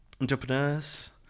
Entrepreneurs